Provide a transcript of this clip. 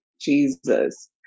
Jesus